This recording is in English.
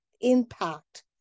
impact